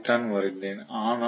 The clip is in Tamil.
நான் அதைத்தான் வரைந்தேன்